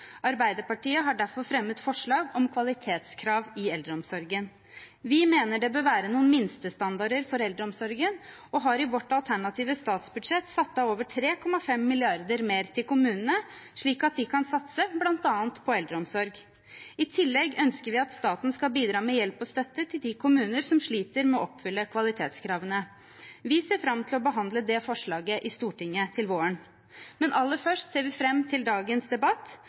Arbeiderpartiet har derfor fremmet forslag om kvalitetskrav i eldreomsorgen. Vi mener det bør være noen minstestandarder for eldreomsorgen og har i vårt alternative statsbudsjett satt av over 3,5 mrd. kr mer til kommunene, slik at de kan satse bl.a. på eldreomsorg. I tillegg ønsker vi at staten skal bidra med hjelp og støtte til de kommuner som sliter med å oppfylle kvalitetskravene. Vi ser fram til å behandle det forslaget i Stortinget til våren. Men aller først ser vi fram til dagens debatt.